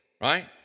Right